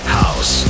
house